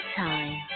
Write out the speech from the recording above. time